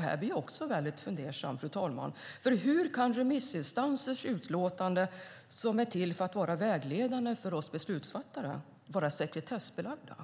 Här blir jag också mycket fundersam, fru talman. Hur kan remissinstansers utlåtanden, som är till för att vara vägledande för oss beslutsfattare, vara sekretessbelagda?